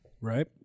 Right